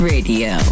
Radio